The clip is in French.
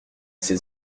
ses